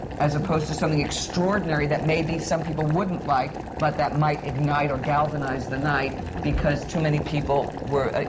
as opposed to something extraordinary that maybe some people wouldn't like, but that might ignite or galvanize the night, because too many people were